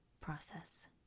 process